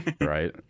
Right